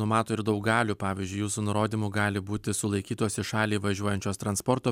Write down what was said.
numato ir daug galių pavyzdžiui jūsų nurodymu gali būti sulaikytos į šalį važiuojančios transporto